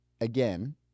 again